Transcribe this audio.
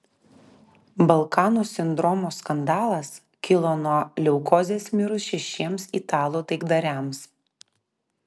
balkanų sindromo skandalas kilo nuo leukozės mirus šešiems italų taikdariams